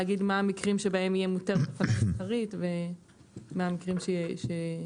להגיד מה המקרים שבהם יהיה מותרת הפעלה מסחרית ומה המקרים ש...